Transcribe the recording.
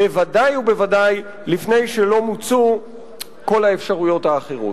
בוודאי ובוודאי לפני שלא מוצו כל האפשרויות האחרות.